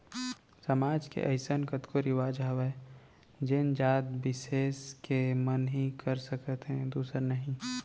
समाज के अइसन कतको रिवाज हावय जेन जात बिसेस के मन ही कर सकत हे दूसर नही